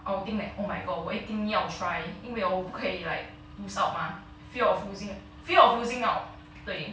I would think that oh my god 我一定要 try 因为 hor 我不可以 like lose out mah fear of losing fear of losing out 对